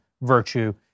virtue